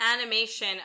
animation